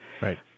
Right